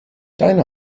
deine